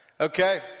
Okay